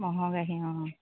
মহৰ গাখীৰ অঁ